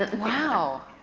wow!